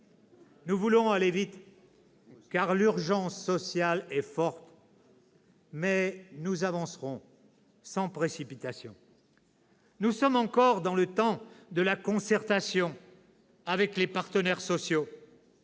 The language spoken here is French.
Nous voulons aller vite, car l'urgence sociale est forte. Mais nous avançons sans précipitation. Nous sommes encore dans le temps de la concertation avec les partenaires sociaux